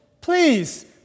please